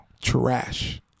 Trash